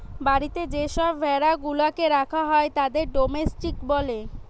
বাড়িতে যে সব ভেড়া গুলাকে রাখা হয় তাদের ডোমেস্টিক বলে